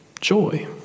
joy